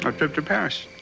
but trip to paris. oh,